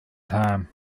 time